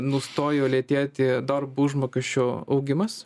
nustojo lėtėti darbo užmokesčio augimas